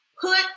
put